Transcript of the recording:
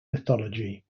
mythology